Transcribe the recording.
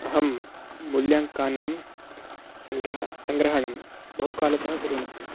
अहं मूल्याङ्कानां सङ्ग्रहणं बहु कालतः कुर्वन्नस्मि